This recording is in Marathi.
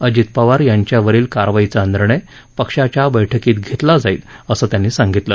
अजित पवार यांच्यावरील कारवाईचा निर्णय पक्षाच्या बैठकीत घेतला जाईल असं त्यांनी सांगितलं